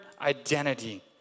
identity